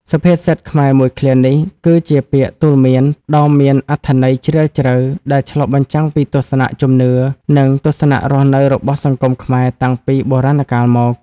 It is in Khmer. សុភាសិតខ្មែរមួយឃ្លានេះ គឺជាពាក្យទូន្មានដ៏មានអត្ថន័យជ្រាលជ្រៅ ដែលឆ្លុះបញ្ចាំងពីទស្សនៈជំនឿ និងទស្សនៈរស់នៅរបស់សង្គមខ្មែរតាំងពីបុរាណកាលមក។